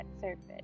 surface